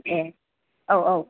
ए औ औ